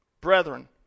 Brethren